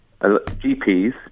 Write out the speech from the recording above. GPs